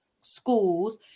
schools